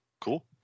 Cool